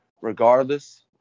regardless